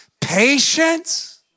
patience